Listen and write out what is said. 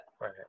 right